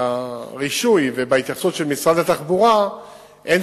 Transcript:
ברישוי ובהתייחסות של משרד התחבורה אין